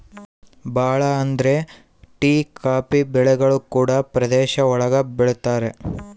ಭಾಳ ಅಂದ್ರೆ tea coffee ಬೆಳೆಗಳು ಗುಡ್ಡ ಪ್ರದೇಶ ಒಳಗ ಬೆಳಿತರೆ